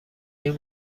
این